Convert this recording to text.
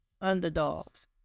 underdogs